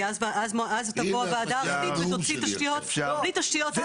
כי אז תבוא הועדה הארצית ותוציא תשתיות בלי תשתיות.